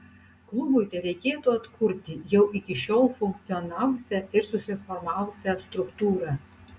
klubui tereikėtų atkurti jau iki šiol funkcionavusią ir susiformavusią struktūrą